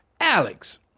Alex